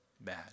bad